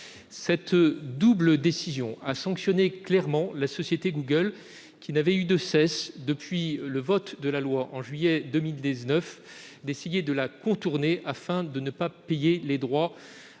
Cette double décision sanctionne clairement la société Google, qui n'avait eu de cesse, depuis le vote de la loi du 24 juillet 2019, de tenter de la contourner pour ne pas payer ces droits